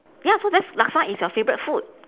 ya so that's laksa is your favourite food